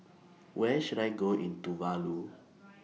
Where should I Go in Tuvalu